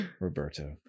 Roberto